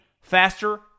faster